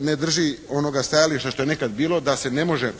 ne drži onoga stajališta što je nekad bilo da se ne može